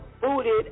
booted